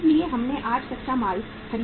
इसलिए हमने आज कच्चा माल खरीदा है